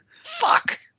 Fuck